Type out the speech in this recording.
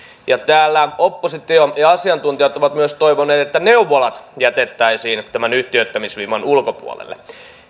ja täällä oppositio ja asiantuntijat ovat myös toivoneet että neuvolat jätettäisiin tämän yhtiöittämisvimman ulkopuolelle